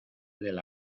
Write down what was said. del